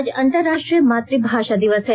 आज अन्तरराष्ट्रीय मातुभाषा दिवस है